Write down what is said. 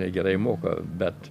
gerai moka bet